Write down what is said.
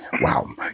Wow